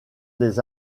des